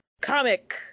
comic